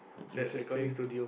interesting